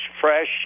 fresh